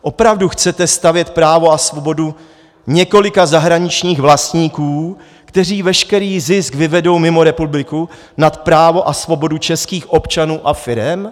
Opravdu chcete stavět právo a svobodu několika zahraničních vlastníků, kteří veškerý zisk vyvedou mimo republiku, nad právo a svobodu českých občanů a firem?